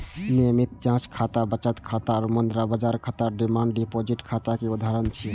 नियमित जांच खाता, बचत खाता आ मुद्रा बाजार खाता डिमांड डिपोजिट खाता के उदाहरण छियै